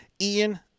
Ian